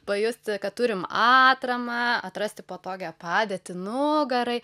pajusti kad turim atramą atrasti patogią padėtį nugarai